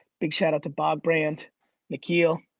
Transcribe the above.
big shout out to bob brand mckeel,